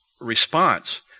Response